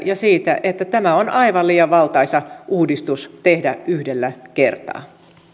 ja siitä että tämä on aivan liian valtaisa uudistus tehdä yhdellä kertaa